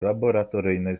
laboratoryjnej